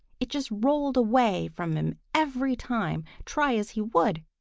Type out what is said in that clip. it just rolled away from him every time, try as he would.